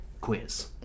quiz